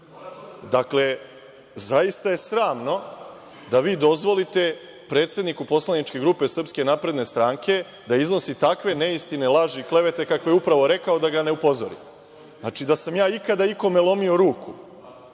zaista je sramno da vi dozvolite predsedniku poslaničke grupe SNS da iznosi takve neistine, laži i klevete kakve je upravo rekao, a da ga ne upozorite. Znači, da sam ja ikada ikome lomio ruku,